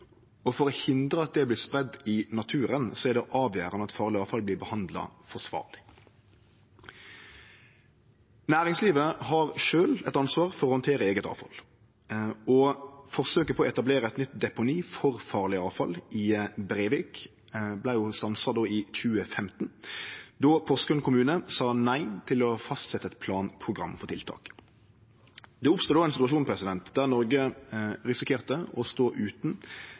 og for å hindre at det vert spreidd i naturen, er det avgjerande at farleg avfall vert behandla forsvarleg. Næringslivet har sjølv eit ansvar for å handtere eige avfall. Forsøket på å etablere eit nytt deponi for farleg avfall i Brevik vart stansa i 2015, då Porsgrunn kommune sa nei til å fastsetje eit planprogram for tiltak. Det oppstod då ein situasjon der Noreg risikerte å stå utan